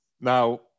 Now